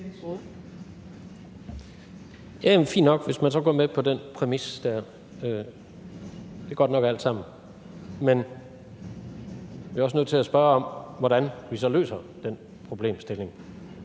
er fint nok, hvis man så går med på den præmis der; det er godt nok alt sammen. Men jeg er også nødt til at spørge om, hvordan vi så løser den problemstilling.